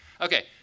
Okay